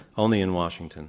only in washington